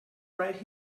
right